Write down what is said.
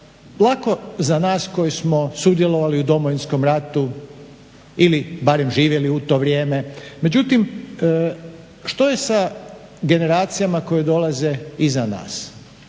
Lako za nas koji smo sudjelovali u Domovinskom ratu ili bar živjeli u to vrijeme. Međutim, što je sa generacijama koje dolaze iza nas?